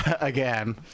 again